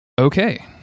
okay